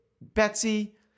Betsy